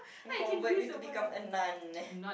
and convert you to become a nun